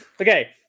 okay